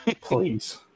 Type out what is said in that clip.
Please